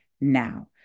now